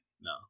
No